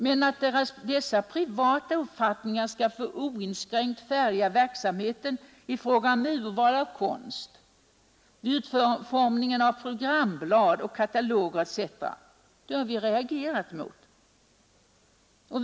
Men vi har reagerat emot att sådana privata uppfattningar skall få oinskränkt vägleda verksamheten i fråga om urval av konst, utformning av programblad och kataloger etc.